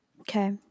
Okay